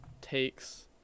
takes